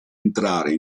entrare